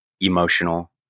emotional